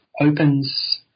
opens